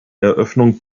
eröffnung